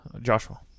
Joshua